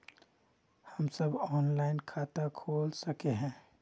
हम सब ऑनलाइन खाता खोल सके है?